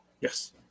Yes